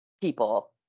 people